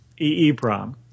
EEPROM